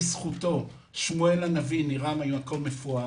בזכותו שמואל הנביא נראה מקום מפואר,